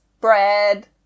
bread